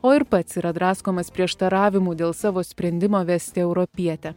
o ir pats yra draskomas prieštaravimų dėl savo sprendimo vesti europietę